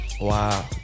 Wow